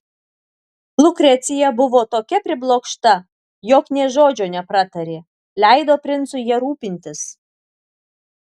lukrecija buvo tokia priblokšta jog nė žodžio nepratarė leido princui ja rūpintis